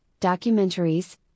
documentaries